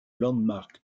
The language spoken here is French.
landmark